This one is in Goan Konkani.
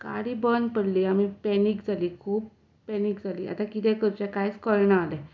गाडी बंद पडली आमी पॅनीक जालीं खूब पॅनीक जालीं आतां कितें करचें कांयच कळना जालें